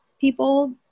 people